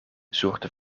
zorgde